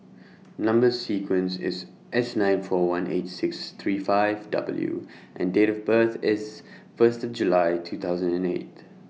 Number sequence IS S nine four one eight six three five W and Date of birth IS First July two thousand and eight